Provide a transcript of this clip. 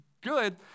good